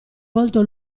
volto